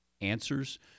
answers